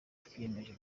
twiyemeje